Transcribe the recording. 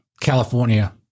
California